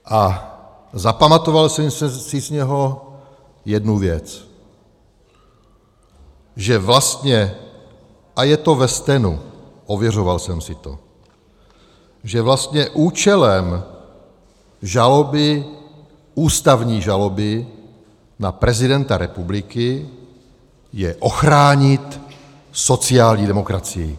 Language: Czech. A zapamatoval jsem si z něho jednu věc, že vlastně, a je to ve stenu, ověřoval jsem si to, že vlastně účelem žaloby, ústavní žaloby na prezidenta republiky je ochránit sociální demokracii.